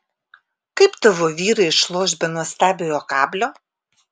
kaip tavo vyrai išloš be nuostabiojo kablio